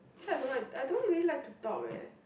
try I don't want I don't really like to talk leh